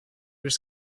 was